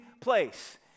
place